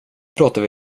pratar